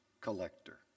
collector